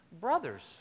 brothers